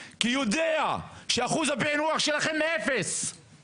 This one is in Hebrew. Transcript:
כי הוא יודע שאחוז הפיענוח שלכם הוא אפס.